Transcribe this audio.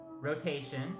Rotation